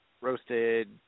roasted